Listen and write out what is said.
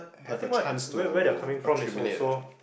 but I think what where where they're coming from is also